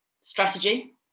strategy